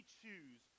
choose